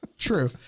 true